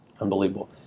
Unbelievable